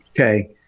Okay